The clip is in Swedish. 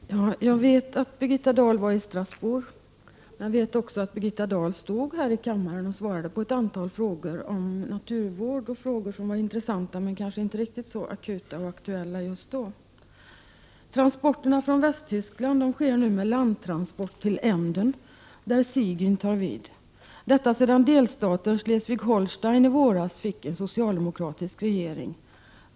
Fru talman! Jag vet att Birgitta Dahl var i Strasbourg, men jag vet också att Birgitta Dahl stod här i kammaren och svarade på ett antal frågor om naturvård och frågor som var intressanta men kanske inte riktigt så akuta och aktuella just då. Transporterna från Västtyskland sker nu med landtransport till Emden där Sigyn tar vid. Detta sker sedan delstaten Schleswig-Holstein i våras fick en socialdemokratisk regering.